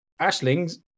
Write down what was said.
Ashling's